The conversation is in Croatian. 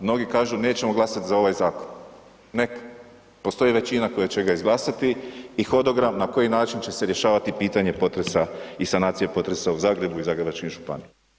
Mnogi kažu nećemo glasati za ovaj zakon, ne, postoji većina koja će ga izglasati i hodogram na koji način će se rješavati pitanje potresa i sanacije potresa u Zagrebu i Zagrebačkim županijama.